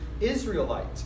Israelite